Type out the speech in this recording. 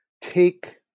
take